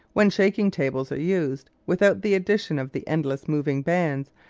when shaking tables are used, without the addition of the endless moving bands,